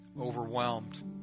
overwhelmed